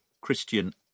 Christian